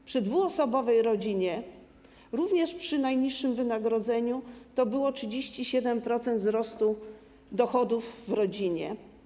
W przypadku 2-osobowej rodziny również przy najniższym wynagrodzeniu to było 37% wzrostu dochodów w rodzinie.